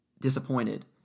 disappointed